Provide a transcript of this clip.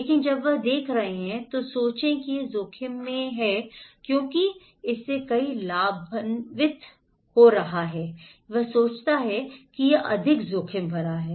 लेकिन जब वे देख रहे हैं तो सोचें कि वह जोखिम में है क्योंकि इससे कोई लाभान्वित हो रहा है वह सोचता है कि यह अधिक जोखिम भरा है